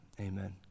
amen